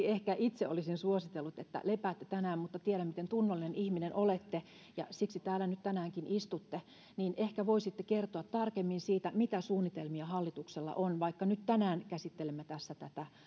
ehkä itse olisin suositellut että lepäätte tänään mutta tiedän miten tunnollinen ihminen olette ja siksi täällä nyt tänäänkin istutte niin ehkä voisitte kertoa tarkemmin siitä mitä suunnitelmia hallituksella on vaikka nyt tänään käsittelemme tässä tätä